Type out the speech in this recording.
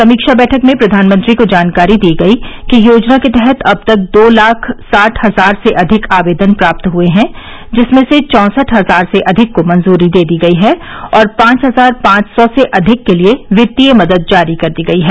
समीक्षा बैठक में प्रधानमंत्री को जानकारी दी गई कि योजना के तहत अब तक दो लाख साठ हजार से अधिक आवेदन प्राप्त हुए हैं जिसमें से चौंसठ हजार से अधिक को मंजूरी दे दी गई है और पांच हजार पांच सौ से अधिक के लिए वित्तीय मदद जारी कर दी गई है